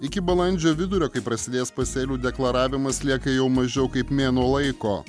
iki balandžio vidurio kai prasidės pasėlių deklaravimas lieka jau mažiau kaip mėnuo laiko